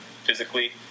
physically